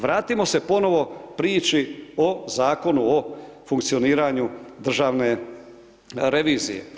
Vratimo se ponovo priči o Zakonu o funkcioniranju državne revizije.